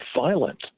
violent